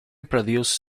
produce